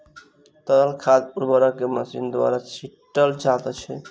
तरल खाद उर्वरक के मशीन द्वारा छीटल जाइत छै